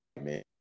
man